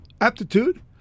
aptitude